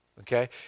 okay